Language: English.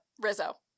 Rizzo